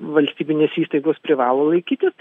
valstybinės įstaigos privalo laikytis